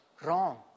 Wrong